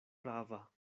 prava